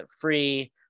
free